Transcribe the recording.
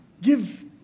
give